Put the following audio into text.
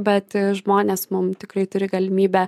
bet žmonės mum tikrai turi galimybę